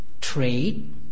Trade